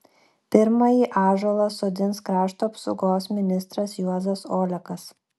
pirmąjį ąžuolą sodins krašto apsaugos ministras juozas olekas